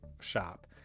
shop